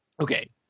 Okay